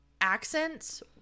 accents